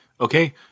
Okay